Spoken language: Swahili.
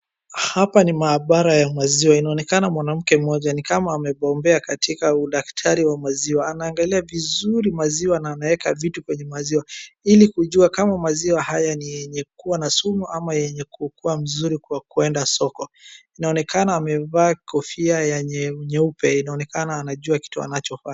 Hapa ni maabara ya maziwa. Inaonekana mwanamke mmoja ni kama amebombea katika udaktari wa maziwa. Anaangalia vizuri maziwa na anaeka vitu kwenye maziwa, ili kujua kama maziwa haya ni yenye kuwa na sumu ama yenye kukuwa mzuri kwa kwenda soko. Inaonekana amevaa kofia ya nyeupe, inaonekana anajua kitu anachofanya.